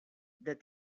that